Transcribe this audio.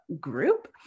group